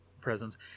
presence